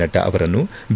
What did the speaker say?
ನಡ್ಡಾ ಅವರನ್ನು ಬಿ